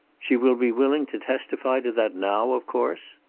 she will be willing to testify to that now, of course?